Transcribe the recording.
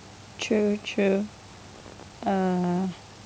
true true uh